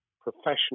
professional